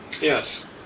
Yes